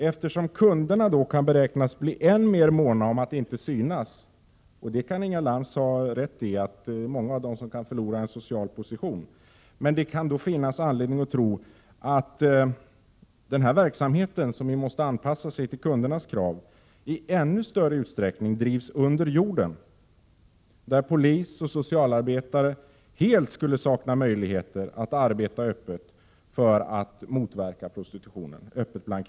Eftersom kunderna då kan beräknas bli än mer måna om att inte synas — Inga Lantz kan ha rätt i att det är många av dem som kan förlora en social position — finns det anledning att tro att verksamheten, som måste anpassa sig till kundernas krav, i ännu större utsträckning drivs under jorden, där polis och socialarbetare helt skulle sakna möjligheter att arbeta öppet bland kvinnorna för att motverka prostitutionen.